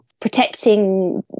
Protecting